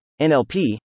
NLP